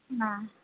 ہاں